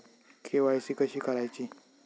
KYC कशी करायची?